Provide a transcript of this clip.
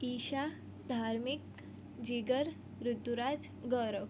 Isha Dharmik Jigar Rituraj Gaurav